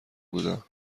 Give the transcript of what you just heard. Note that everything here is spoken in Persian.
بودم